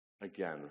again